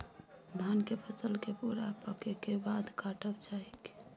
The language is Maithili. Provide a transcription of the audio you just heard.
धान के फसल के पूरा पकै के बाद काटब चाही की?